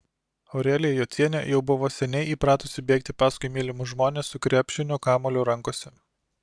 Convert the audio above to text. aurelija jocienė jau buvo seniai įpratusi bėgti paskui mylimus žmones su krepšinio kamuoliu rankose